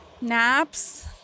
Naps